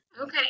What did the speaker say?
Okay